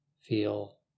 Feel